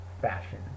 fashion